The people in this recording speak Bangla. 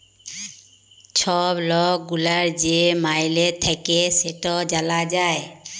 ছব লক গুলার যে মাইলে থ্যাকে সেট জালা যায়